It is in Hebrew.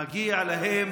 מגיעה להם